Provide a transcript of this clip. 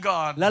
God